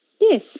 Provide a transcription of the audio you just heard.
Yes